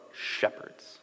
shepherds